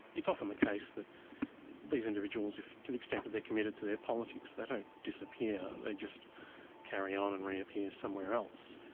it's often the case that these individuals if to the extent that they're committed to their politics they don't disappear they just carry on and reappear somewhere else.